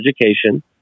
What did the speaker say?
education